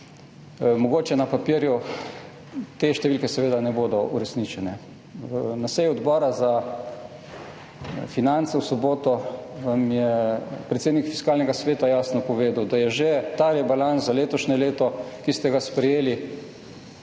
Mogoče na papirju, te številke seveda ne bodo uresničene. Na seji Odbora za finance v soboto vam je predsednik Fiskalnega sveta jasno povedal, da je že ta rebalans za letošnje leto, ki ste ga sprejeli,